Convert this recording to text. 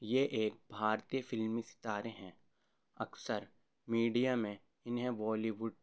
یہ ایک بھارتی فلمی ستارے ہیں اکثر میڈیا میں انہیں بالی ووڈ